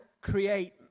create